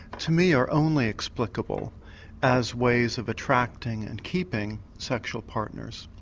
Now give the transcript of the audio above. to me are only explicable as ways of attracting and keeping sexual partners.